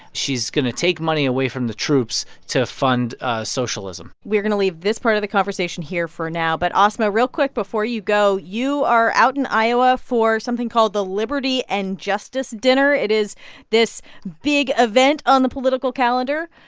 she's going to take money away from the troops to fund socialism we're going to leave this part of the conversation here for now, but asma, real quick before you go you are out in iowa for something called the liberty and justice dinner. it is this big event on the political calendar.